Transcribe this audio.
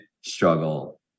struggle